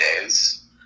days